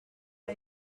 pas